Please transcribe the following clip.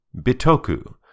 Bitoku